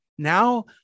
Now